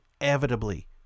inevitably